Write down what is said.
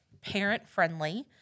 parent-friendly